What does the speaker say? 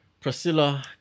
priscilla